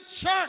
church